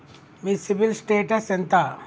మీ CIBIL status ఎంత?